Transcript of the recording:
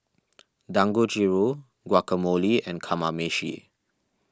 Dangojiru Guacamole and Kamameshi